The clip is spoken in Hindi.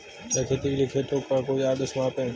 क्या खेती के लिए खेतों का कोई आदर्श माप है?